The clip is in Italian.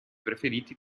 preferiti